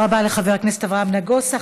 תודה רבה לחבר הכנסת אברהם נגוסה.